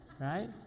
right